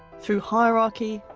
through hierarchy,